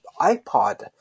ipod